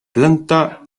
planta